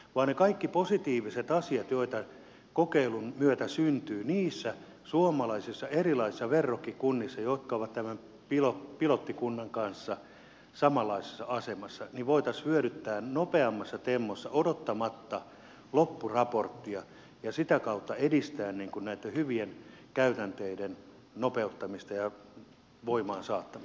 ne kaikki positiiviset asiat joita kokeilun myötä syntyy niissä suomalaisissa erilaisissa verrokkikunnissa jotka ovat tämän pilottikunnan kanssa samanlaisessa asemassa voitaisiin hyödyntää nopeammassa tempossa odottamatta loppuraporttia ja sitä kautta edistää näitten hyvien käytänteiden nopeuttamista ja voimaan saattamista